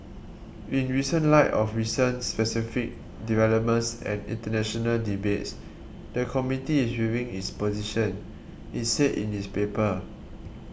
in recent light of recent specific developments and international debates the committee is reviewing its position it said in its paper